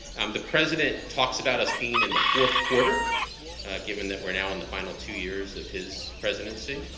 um the president talks about a spin in the fourth quarter given that we're now on the final two years of his presidency.